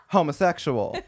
Homosexual